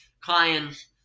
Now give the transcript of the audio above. clients